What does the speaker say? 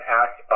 act